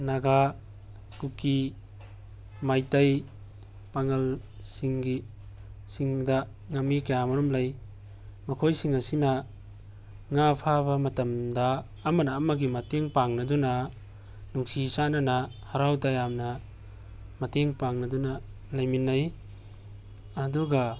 ꯅꯒꯥ ꯀꯨꯀꯤ ꯃꯩꯇꯩ ꯄꯥꯡꯒꯜꯁꯤꯡꯒꯤ ꯁꯤꯡꯗ ꯉꯥꯃꯤ ꯀꯌꯥꯃꯔꯨꯝ ꯂꯩ ꯃꯈꯣꯏꯁꯤꯡ ꯑꯁꯤꯅ ꯉꯥ ꯐꯥꯕ ꯃꯇꯝꯗ ꯑꯃꯅ ꯑꯃꯒꯤ ꯃꯇꯦꯡ ꯄꯥꯡꯅꯗꯨꯅ ꯅꯨꯡꯁꯤ ꯆꯥꯟꯅꯅ ꯍꯔꯥꯎ ꯇꯌꯥꯝꯅ ꯃꯇꯦꯡ ꯄꯥꯡꯅꯗꯨꯅ ꯂꯩꯃꯤꯟꯅꯩ ꯑꯗꯨꯒ